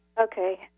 okay